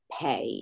pay